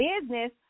business